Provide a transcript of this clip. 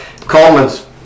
Coleman's